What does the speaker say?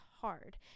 hard